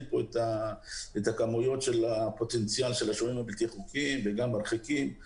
את הכמויות של הפוטנציאל של השוהים הלא חוקיים וגם מרחיקים.